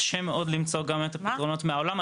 קשה מאוד למצוא גם את הפתרונות מהעולם.